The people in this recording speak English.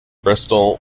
bristol